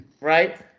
Right